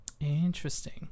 Interesting